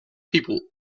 people